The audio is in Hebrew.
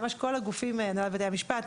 הנהלת בתי המשפט.